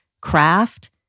craft